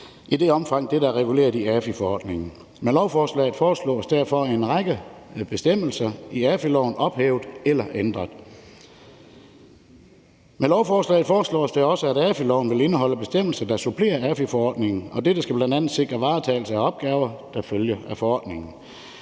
i det omfang, at dette er reguleret i AFI-forordningen. Med lovforslaget foreslås derfor en række bestemmelser i AFI-loven ophævet eller ændret. Med lovforslaget foreslås det også, at AFI-loven vil indeholde bestemmelser, der supplerer AFI-forordningen, og dette skal bl.a. sikre varetagelse af opgaver, der følger af forordningen.